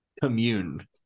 commune